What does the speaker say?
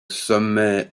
sommet